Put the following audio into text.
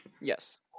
Yes